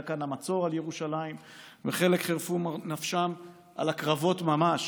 כאן המצור על ירושלים וחלק חירפו את נפשם על הקרבות ממש